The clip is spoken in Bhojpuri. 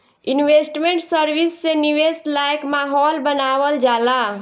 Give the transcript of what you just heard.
इन्वेस्टमेंट सर्विस से निवेश लायक माहौल बानावल जाला